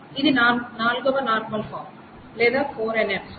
ఇది 4 వ normal form లేదా 4 ఎన్ఎఫ్